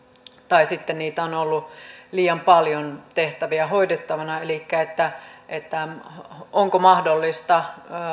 tai sitten on on ollut liian paljon tehtäviä hoidettavana elikkä onko mahdollista